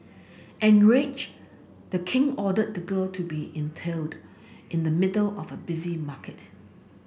enraged the king ordered the girl to be impaled in the middle of a busy market